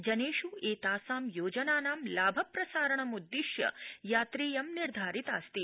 जनेष् एतासां योजनानां लाभ प्रसारणमुद्दिश्य यात्रेयं निर्धारितास्ति